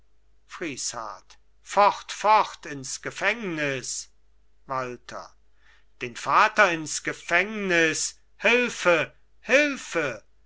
fort fort ins gefängnis walther den vater ins gefängnis hülfe hülfe